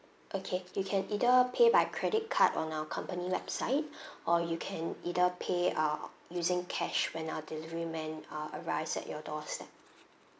okay you can either pay by credit card on our company website or you can either pay uh using cash when our delivery man uh arrives at your doorstep